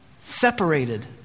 separated